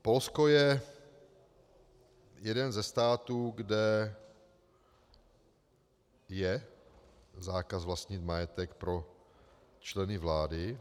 Polsko je jeden ze států, kde je zákaz vlastnit majetek pro členy vlády.